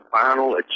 final